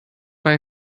bei